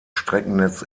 streckennetz